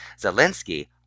Zelensky